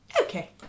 okay